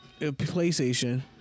PlayStation